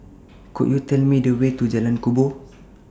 Could YOU Tell Me The Way to Jalan Kubor